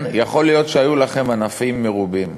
כן, יכול להיות שהיו לכם ענפים מרובים,